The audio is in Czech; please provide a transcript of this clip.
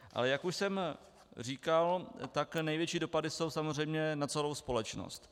Ale jak už jsem říkal, tak největší dopady jsou samozřejmě na celou společnost.